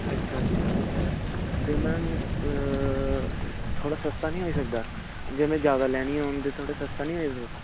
अच्छा अच्छा ते मैम थोह्ड़ा सस्ता निं होई सकदा जे में ज्यादा लैनियां होन थोह्ड़ा सस्ता निं होई सकदा